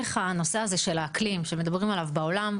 איך הנושא הזה של האקלים שמדברים עליו בעולם,